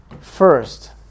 First